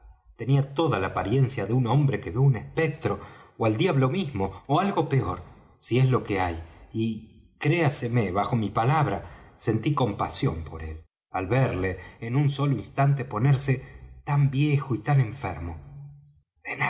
tenía toda la apariencia de un hombre que vé un espectro ó al diablo mismo ó algo peor si es que lo hay y créaseme bajo mi palabra sentí compasión por él al verle en un solo instante ponerse tan viejo y tan enfermo